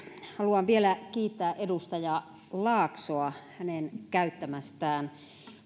haluan vielä kiittää edustaja laaksoa hänen käyttämästään